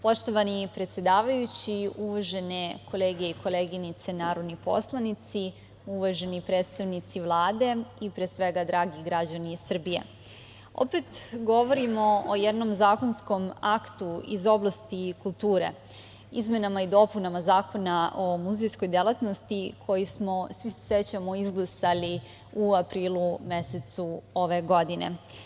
Poštovani predsedavajući, uvažene kolege i koleginice narodni poslanici, uvaženi predstavnici Vlade i pre svega dragi građani Srbije, opet govorimo o jednom zakonskom aktu iz oblasti kulture, izmenama i dopunama Zakona o muzejskoj delatnosti koji smo, svi se sećamo, izglasali u aprilu mesecu ove godine.